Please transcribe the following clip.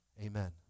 Amen